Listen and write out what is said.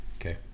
okay